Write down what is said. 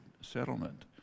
settlement